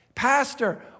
Pastor